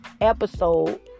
episode